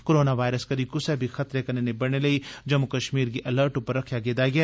coronavirus करी कुसा बी खतरे कन्नै निबड़ने लेई जम्मू कश्मीर गी अलर्ट उप्पर रक्खे दा ऐ